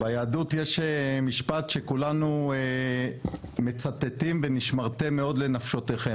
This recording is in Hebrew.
ביהדות יש משפט שכולנו מצטטים "ונשמרתם מאוד לנפשותיכם".